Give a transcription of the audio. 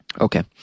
Okay